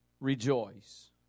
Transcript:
rejoice